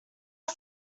are